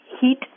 heat